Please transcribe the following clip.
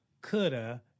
coulda